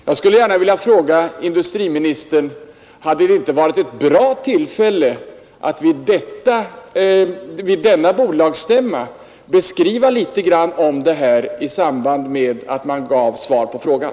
Jag skulle gärna vilja fråga industriministern: Hade det inte varit ett bra tillfälle att vid denna bolagsstämma berätta litet om detta i samband med att man gav svar på frågan?